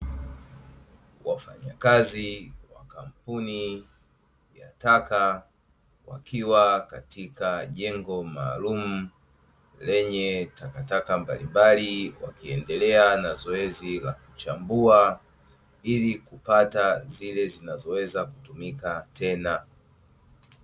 Wafanyakazi wa kampuni ya taka, wakiwa katika jengo maalumu lenye takataka mbalimbali, wakiendelea na zoezi la kuchambua ili kupata zile zinazoweza kutumika tena.